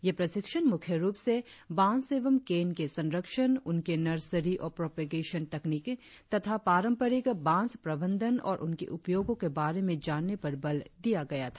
ये प्रशिक्षण मुख्य रुप से बांस एवं केन के संरक्षण उनकी नर्सरी और प्रोपेगेशन तकनी तथा पारंपरिक बांस प्रबंधन और उनके उपयोगों के बारे में जानने पर बल दिया गया है